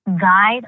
guide